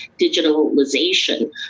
digitalization